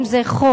אם זה חוק,